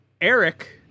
Eric